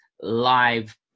live